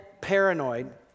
paranoid